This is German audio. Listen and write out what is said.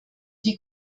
die